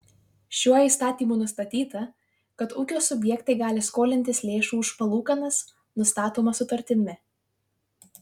šiuo įstatymu nustatyta kad ūkio subjektai gali skolintis lėšų už palūkanas nustatomas sutartimi